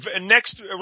next